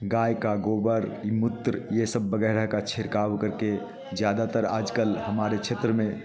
गाय का गोबर मुत्र ये सब बगैरह का छिड़काव करके ज़्यादातर आजकल हमारे क्षेत्र में